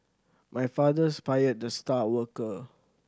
my fathers fired the star worker